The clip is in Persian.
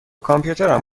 کامپیوتر